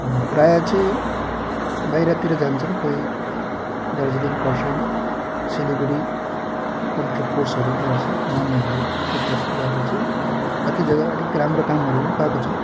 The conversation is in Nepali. प्रायः चाहिँ बाहिरतिर जान्छन् कोही दार्जिलिङ खरसाङ सिलगढी कम्प्युटर कोर्सहरू गर्छ नानीहरूले त्यो कोर्स गरेर चाहिँ कत्ति जग्गा अलिक राम्रो कामहरू पनि पाएको छ